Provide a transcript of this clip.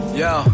yo